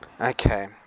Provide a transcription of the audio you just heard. Okay